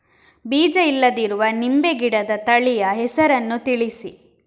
ಬೀಜ ಇಲ್ಲದಿರುವ ನಿಂಬೆ ಗಿಡದ ತಳಿಯ ಹೆಸರನ್ನು ತಿಳಿಸಿ?